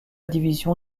division